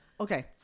okay